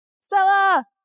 Stella